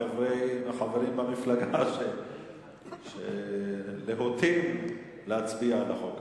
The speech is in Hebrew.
החברים במפלגה שלהוטים להצביע לחוק.